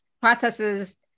processes